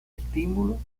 estímulo